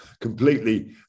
completely